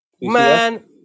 Man